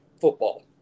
football